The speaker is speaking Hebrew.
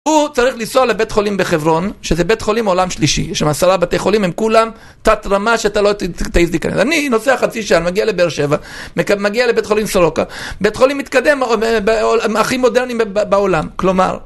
הוא צריך לנסוע לבית חולים בחברון, שזה בית חולים עולם שלישי, יש שם עשרה בתי חולים, הם כולם תת רמה שאתה לא תעיז להיכנס. אני נוסע חצי שעה, אני מגיע לבאר שבע, מגיע לבית חולים סורוקה. בית חולים מתקדם, הכי מודרני בעולם, כלומר.